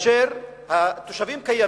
התושבים קיימים,